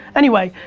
anyway,